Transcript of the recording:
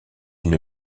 une